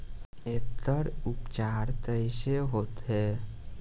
एकर उपचार कईसे होखे?